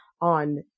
on